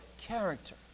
character